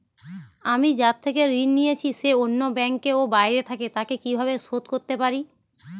আমি যার থেকে ঋণ নিয়েছে সে অন্য ব্যাংকে ও বাইরে থাকে, তাকে কীভাবে শোধ করতে পারি?